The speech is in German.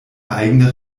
eigene